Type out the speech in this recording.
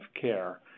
care